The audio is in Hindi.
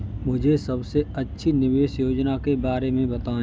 मुझे सबसे अच्छी निवेश योजना के बारे में बताएँ?